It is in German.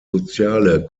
soziale